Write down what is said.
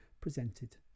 presented